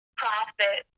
profit